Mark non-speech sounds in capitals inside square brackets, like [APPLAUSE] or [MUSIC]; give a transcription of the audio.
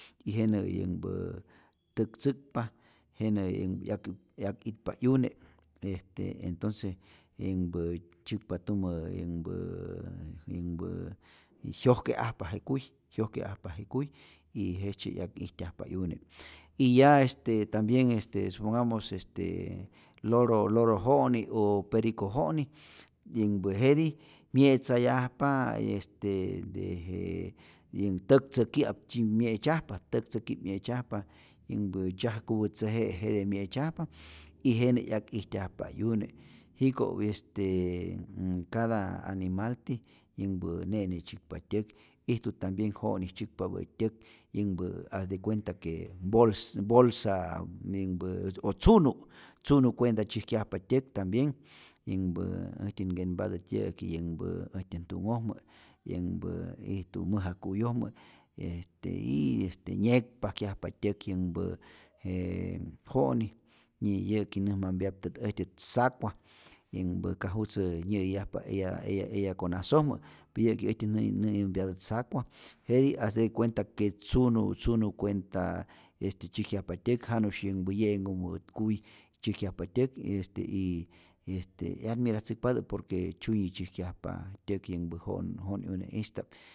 [NOISE] Y jenä yänhpä täk tzäkpa, jenä' yak yak itpa 'yune', este entonce yänhpä tzyäkpa tumä yänhpää yänhpää y jyojke'ajpa je kujy, jyojke'ajpa je kujy y jejtze 'yak ijtyajpa 'yune, y ya este tambien este supongamos estee loro loro jo'nij o perico jo'nij, yänhpä jetij mye'tzayajpa este de je yän täktzäki'ap mye'tzyajpa, täktzäki'p mye'tzyajpa yänhpä tzyajkupä tzeje'i jete' mye'tzyajpa y jenä 'yaj ijtyajpa 'yune, jiko' est cada animalti yänhpä ne'ne tzyäkpa tyäk, ijtu tambien jo'ni tzyäkpapä'i tyäk, yänhpä has de cuenta que bols bolsa yänhpä o tzunu', tzunu kuenta tzyäjkyajpa tyäk tambien, yänhpä äjtyät nkenpatät yä'ki, yänhpä äjtyän ntu'nhojmä, yänhpä ijtu mäja ku'yojmä este yyyy nyekpajkyajpa tyäk yänhpä j jo'ni y yä'ki näjmampyaptät äjtyät zacua, yänhpa ka jutzä nyä'yäyajpa eya eya eya konasojmä y yäki äjtyät nä nayä nä'yämpyatät zacua, jetij hace de cuenta que tzunu tzunu cuenta este tzyäjkyajpa tyäk janusy yänhpä ye'nhumä kuy tzyäjkyajpa tyäk y este y y este yadmitzäkpatä por que tzyunyi tzyäjkyajpa tyäk yänhpä jo'n jo'nyune'ista'p.